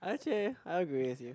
actually I agree with you